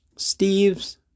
Steve's